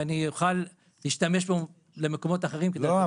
ואני אוכל להשתמש בו למקומות אחרים כדי --- לא,